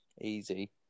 Easy